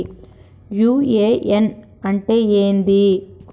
UAN అంటే ఏంది?